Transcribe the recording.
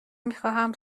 میخواهم